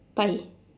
pie